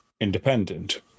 independent